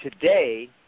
today